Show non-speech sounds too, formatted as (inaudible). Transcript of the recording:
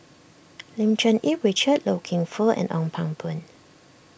(noise) Lim Cherng Yih Richard Loy Keng Foo and Ong Pang Boon